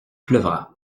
pleuvra